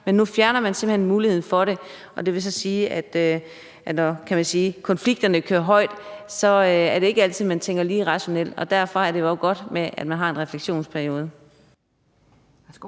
Men nu fjerner man simpelt hen muligheden for det, og det vil så sige, at det, når, kan man sige, konflikterne kører højt, ikke er altid, man tænker lige rationelt, og derfor er det jo også godt, at man har en refleksionsperiode.